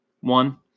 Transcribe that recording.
one